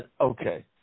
okay